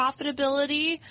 profitability